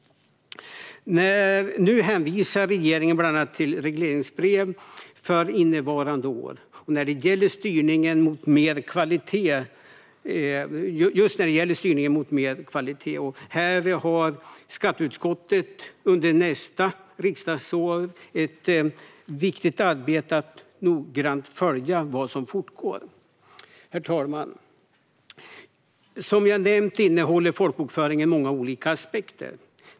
Nu hänvisar regeringen bland annat till regleringsbrev för innevarande år när det gäller styrningen mot mer kvalitet. Här har skatteutskottet under nästa riksdagsår ett viktigt arbete: att noggrant följa vad som fortgår. Herr talman! Som jag nämnt innehåller folkbokföringen många olika aspekter.